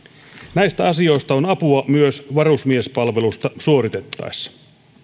näistä asioista on apua myös varusmiespalvelusta suoritettaessa